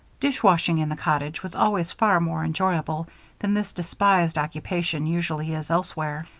dishwashing in the cottage was always far more enjoyable than this despised occupation usually is elsewhere,